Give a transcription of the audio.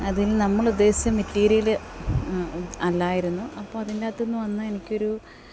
അതിന് നമ്മൾ ഉദ്ദേശിച്ച മെറ്റീരിയല് അല്ലായിരുന്നു അപ്പം അതിൻ്റെ അകത്തുനിന്ന് വന്ന എനിക്കൊരു